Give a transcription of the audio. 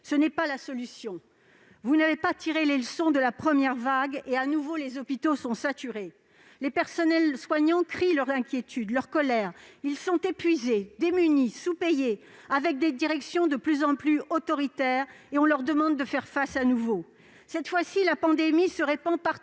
ce n'est pas la solution. Vous n'avez pas tiré les leçons de la première vague, et de nouveau les hôpitaux sont saturés. Les personnels soignants crient leur inquiétude et leur colère. Ils sont épuisés, démunis, sous-payés, avec des directions de plus en plus autoritaires, et on leur demande de faire face de nouveau. Cette fois, la pandémie se répand partout